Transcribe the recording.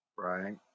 right